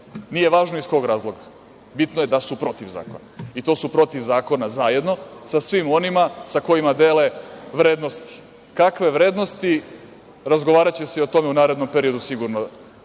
nije važno iz kog razloga, bitno je da su protiv zakona i to su protiv zakona zajedno sa svima onima koji dele vrednosti. Kakve vrednosti? Razgovaraće se i o tome u narednom periodu sigurno,